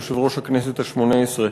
יושב-ראש הכנסת השמונה-עשרה.